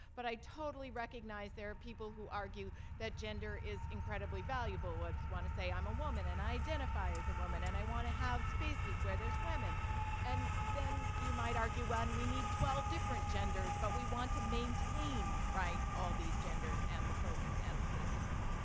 but i totally recognize there are people who argue that gender is incredibly valuable. i want to say i'm a woman and i identify as a woman and i want to have spaces where there's women and then you might argue well, and we need twelve different genders, but we want to maintain all these genders and the focus and the salience.